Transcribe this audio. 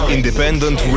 Independent